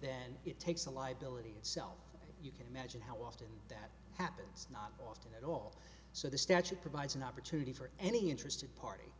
then it takes a liability itself you can imagine how often that happens not often at all so the statute provides an opportunity for any interested party